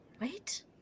Wait